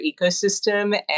ecosystem